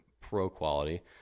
pro-quality